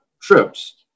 trips